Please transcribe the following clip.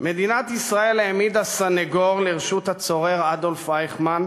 מדינת ישראל העמידה סנגור לרשות הצורר אדולף אייכמן,